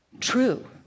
true